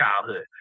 childhood